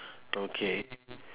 okay